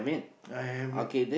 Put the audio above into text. I have it